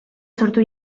sortu